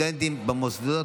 התשפ"ג 2023,